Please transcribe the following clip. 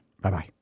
Bye-bye